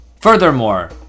Furthermore